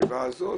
הישיבה הזאת.